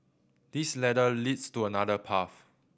this ladder leads to another path